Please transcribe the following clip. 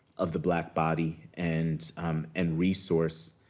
of the black body, and and resource.